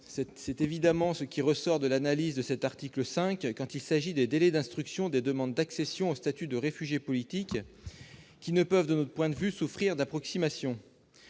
C'est évidemment ce qui ressort de l'analyse de l'article 5 quand il s'agit des délais d'instruction des demandes d'accession au statut de réfugié politique, qui ne peuvent, de notre point de vue, souffrir d'approximations.